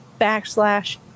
backslash